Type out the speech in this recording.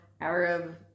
Arab